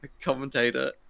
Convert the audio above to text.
commentator